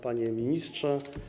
Panie Ministrze!